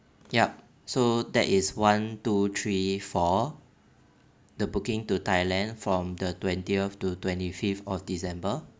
yup so that is one two three four the booking to thailand from the twentieth to twenty fifth of december